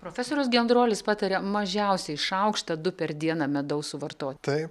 profesorius gendrolis pataria mažiausiai šaukštą du per dieną medaus suvartot